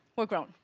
we're grown.